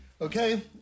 Okay